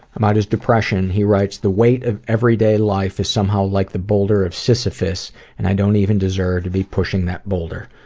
about his depression, he writes, the weight of everyday life is somehow like the boulder ofsisyphus and i don't even deserve to be pushing that boulder.